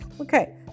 Okay